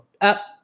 up